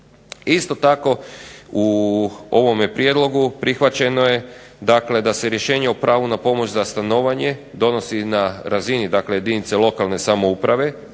Isto tako u ovome Prijedlogu prihvaćeno je da se rješenje o pravu na pomoć za stanovanje donosi na razini jedinice lokalne samouprave,